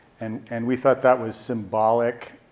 and and we thought that was symbolic